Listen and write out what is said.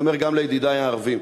אני אומר גם לידידי הערבים: